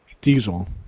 Diesel